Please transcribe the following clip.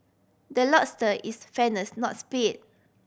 the is fairness not speed